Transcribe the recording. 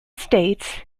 states